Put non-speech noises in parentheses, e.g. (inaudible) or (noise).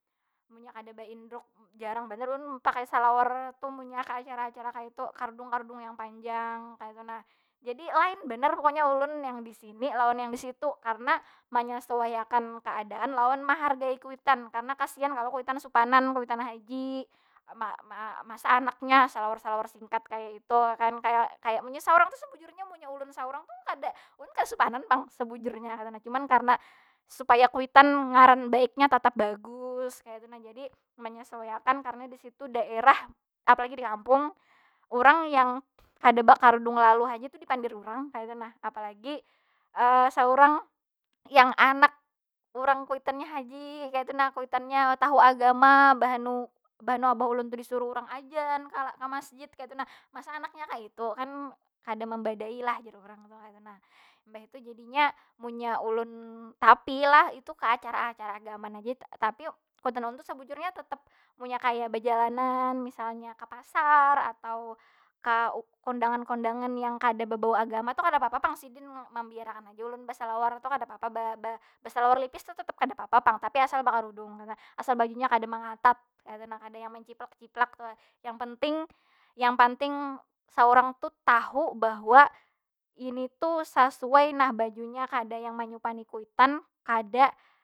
Munnya kada baendruk, jarang banar ulun pakai salawar tu, munnyaka acara- acara kaytu. Karudung- karudung yang panjang kaytu nah. Jadi lain banar pokonya ulun yang di sini lawan yang di situ. Karena manyasuaikan kaadaan lawan mahargai kuitan. Karena kasian kalo kuitan supanan, kuitan haji ma- ma- masa anaknya salawar- salawar singkat kaya itu kan. Kaya- kaya manyiksa urang tu sebujurnya, munnya ulun saurang tu kada, ulun kada supanan pang sebujurnya kaytu nah. Cuman karena supaya kuitan ngarann baiknya tatap bagus kaytu nah. Jadi manyasuaikan karena di situ daera, apalagi di kampung. Urang yang kada bakarudung lalu haja tu dipandir urang kaytu nah, apa lagi (hesitation) saurang. Yang anak, urang kuitannya haji kaytu nah. Kuitannya tahu agama, bahau- bahanu abah ulun tu disuruh urang adzan ka masjid kaytu nah. Masa anaknya kaytu. Kan kada membadai lah jar urang tu kaytu nah. Mbah itu jadinya munnya ulun, tapi lah itu ka acara- acara agamaan aja itu. tapi kuitan ulun tu sabujurnya tetep munnya kaya bajalanan misalnya ka pasar, atau ka kondangan- kondangan yang kada babau agama tu kada papa pang sidin membiar akan aja ulun basalawar tu kadapapa. Ba- ba- basalawar levis tu tetep kadapapa pang. Tapi asal bakarudung, kaytu nah. Asal bajunya kada mangatat, kaytu nah. Kada nang manciplak- ciplak tu nah. Yang penting, yang panting saurang tu tahu bahwa ini tuh sasuai nah bajunya. Kada yang manyupani kuitan, kada.